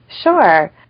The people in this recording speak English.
Sure